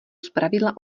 zpravidla